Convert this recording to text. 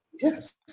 yes